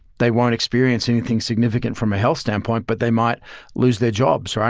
they won't experience anything significant from a health standpoint, but they might lose their jobs.